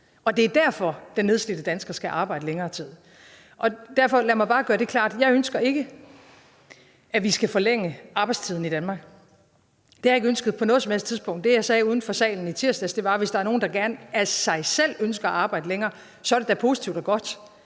og det er derfor, at den nedslidte dansker skal arbejde længere tid. Lad mig bare derfor gøre en ting klart: Jeg ønsker ikke, at vi skal forlænge arbejdstiden i Danmark. Det har jeg ikke ønsket på noget som helst tidspunkt. Det, jeg sagde uden for salen i tirsdags, var, at hvis der er nogle, der gerne og af sig selv ønsker at arbejde længere, så er det da positivt og godt.